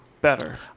better